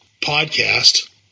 podcast